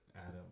Adam